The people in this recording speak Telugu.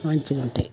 మంచిగుంటాయ్